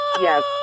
Yes